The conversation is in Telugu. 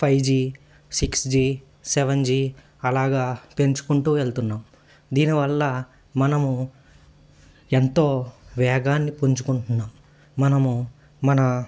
five G six G seven G అలాగా పెంచుకుంటూ వెళ్తున్నాం దీనివల్ల మనము ఎంతో వేగాన్ని పంచుకుంటున్నాం మనము మన